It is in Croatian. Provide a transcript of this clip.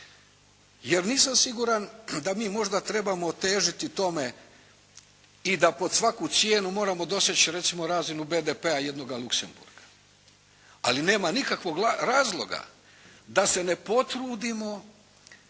Jer nisam siguran da mi možda trebamo težiti tome i da pod svaku cijenu moramo doseći, recimo razinu BDP-a jednoga Luxemburga. Ali nema nikakvog razloga da se ne potrudimo